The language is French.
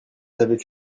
avaient